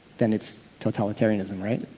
then it's totalitarianism right?